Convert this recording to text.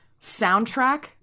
soundtrack